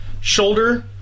shoulder